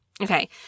Okay